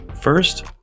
first